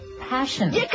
Passion